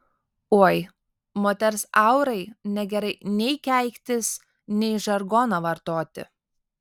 oi moters aurai negerai nei keiktis nei žargoną vartoti